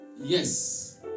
Yes